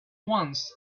once